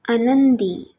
आनंदी